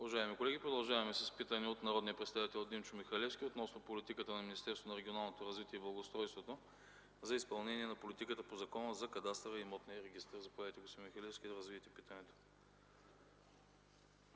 Уважаеми колеги, продължаваме с питане от народния представител Димчо Михалевски относно политиката на Министерството на регионалното развитие и благоустройството за изпълнение на политиката по Закона за кадастъра и имотния регистър. Заповядайте, господин Михалевски, да развиете питането.